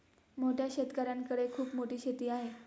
मोठ्या शेतकऱ्यांकडे खूप मोठी शेती आहे